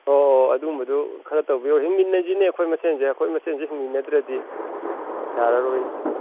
ꯑꯣ ꯑꯣ ꯑꯗꯨꯒꯨꯝꯕꯗꯨ ꯈꯔ ꯇꯧꯕꯤꯌꯣ ꯍꯤꯡꯃꯤꯟꯅꯁꯤꯅꯁꯤꯅꯦ ꯑꯩꯈꯣꯏꯅ ꯃꯁꯦꯟꯁꯦ ꯑꯩꯈꯣꯏꯅ ꯃꯁꯦꯟꯁꯦ ꯍꯤꯡꯃꯤꯟꯅꯗ꯭ꯔꯗꯤ ꯌꯥꯔꯔꯣꯏꯅꯦ